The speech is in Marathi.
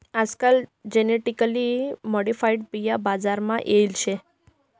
आजकाल जेनेटिकली मॉडिफाईड बिया बजार मा येल शेतीस